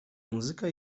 muzyka